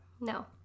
No